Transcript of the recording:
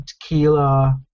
tequila